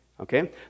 Okay